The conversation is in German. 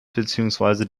beziehungsweise